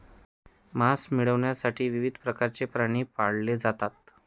मांस मिळविण्यासाठी विविध प्रकारचे प्राणी पाळले जातात